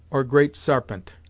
or great sarpent.